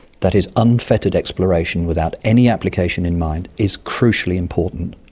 that is unfettered exploration without any application in mind, is crucially important.